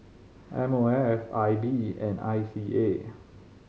M O F I B and I C A